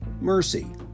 Mercy